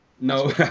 no